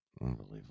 Unbelievable